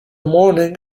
morning